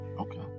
okay